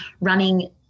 running